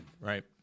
Right